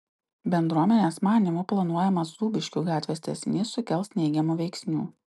bendruomenės manymu planuojamas zūbiškių gatvės tęsinys sukels neigiamų veiksnių